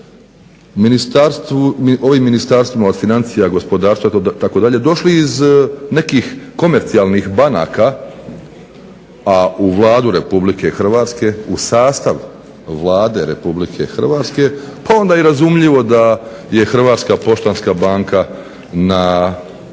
ovim ministarstvima od financija do gospodarstva došli iz nekih komercijalnih banaka a u Vladu RH u sastav Vlade RH pa onda je razumljivo da je Hrvatska poštanska banka na